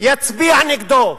יצביע נגדו,